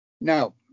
Now